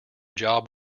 job